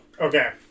okay